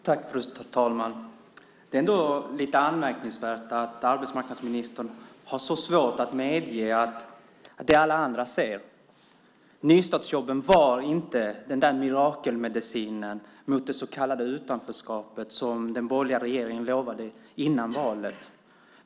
Fru talman! Det är ändå lite anmärkningsvärt att arbetsmarknadsministern har så svårt att medge det alla andra ser. Nystartsjobben var inte den där mirakelmedicinen mot det så kallade utanförskapet som den borgerliga regeringen lovade före valet.